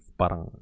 parang